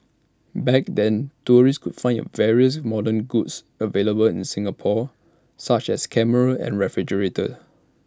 back then tourists could find various modern goods available in Singapore such as cameras and refrigerators